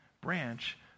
branch